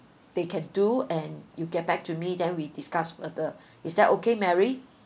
they can do and you get back to me then we discussed further is that okay mary